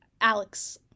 Alex